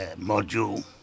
module